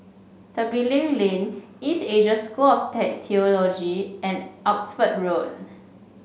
Tembeling Lane East Asia School of Theology and Oxford Road